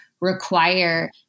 require